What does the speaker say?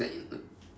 like